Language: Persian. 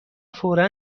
فورا